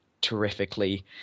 terrifically